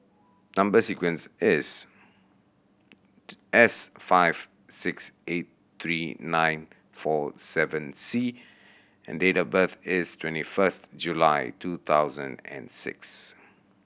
number sequence is S five six eight three nine four seven C and date of birth is twenty first July two thousand and six